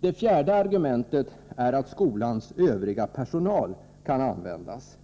Det fjärde argumentet är att skolans övriga personal kan användas.